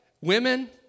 women